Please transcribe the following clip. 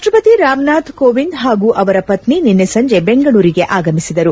ರಾಷ್ಷಪತಿ ರಾಮನಾಥ್ ಕೋವಿಂದ್ ಹಾಗೂ ಅವರ ಪತ್ನಿ ನಿನ್ನೆ ಸಂಜೆ ಬೆಂಗಳೂರಿಗೆ ಆಗಮಿಸಿದರು